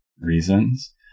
reasons